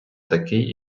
такий